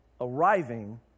arriving